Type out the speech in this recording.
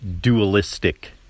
dualistic